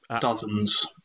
Dozens